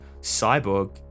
cyborg